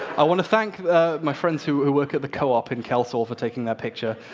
i want to thank my friends who who work at the co-op in kelsall for taking the picture,